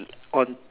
on